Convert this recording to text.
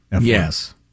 Yes